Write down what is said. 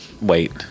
Wait